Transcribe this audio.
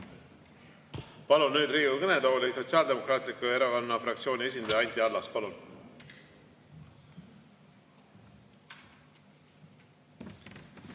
Palun nüüd Riigikogu kõnetooli Sotsiaaldemokraatliku Erakonna fraktsiooni esindaja Anti Allase. Palun!